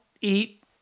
Eat